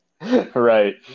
Right